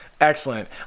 Excellent